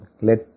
let